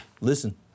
listen